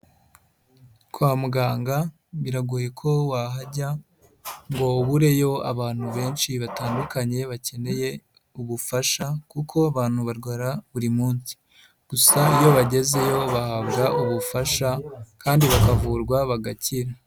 Kwa muganga biragoye ko wahajya ngo ubure yo abantu benshi batandukanye bakeneye ubufasha kuko abantu barwara buri munsi gusa iyo bagezeyo bahabwa ubufasha kandi bakavurwa bagakira.